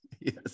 Yes